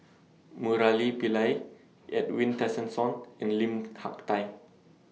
Murali Pillai Edwin Tessensohn and Lim Hak Tai